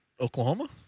Oklahoma